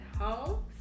homes